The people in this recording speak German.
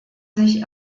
sich